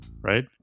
Right